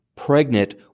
pregnant